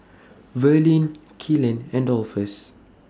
Verlene Kylan and Dolphus